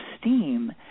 steam